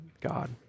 God